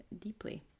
deeply